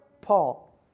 Paul